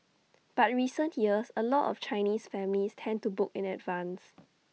but recent years A lot of Chinese families tend to book in advance